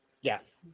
Yes